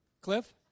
Cliff